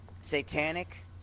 satanic